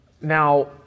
Now